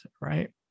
right